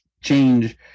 change